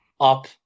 up